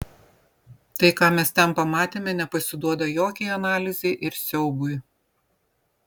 tai ką mes ten pamatėme nepasiduoda jokiai analizei ir siaubui